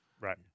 Right